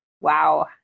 Wow